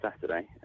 Saturday